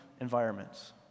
environments